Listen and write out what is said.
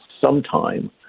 sometime